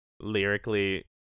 lyrically